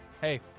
hey